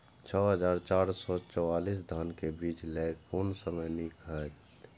छः हजार चार सौ चव्वालीस धान के बीज लय कोन समय निक हायत?